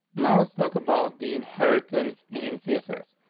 now let's talk about the inheritance in css.